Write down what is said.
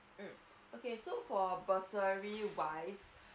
mm okay so for bursary wise